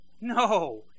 No